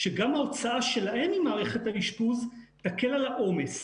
שגם ההוצאה שלהם ממערכת האשפוז תקל על העומס.